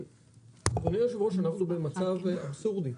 אדוני היושב-ראש, אנחנו במצב אבסורדי.